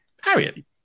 Harriet